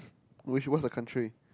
what's the country